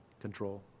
control